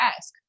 ask